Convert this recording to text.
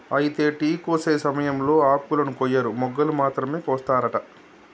అయితే టీ కోసే సమయంలో ఆకులను కొయ్యరు మొగ్గలు మాత్రమే కోస్తారట